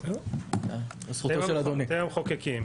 אתם המחוקקים,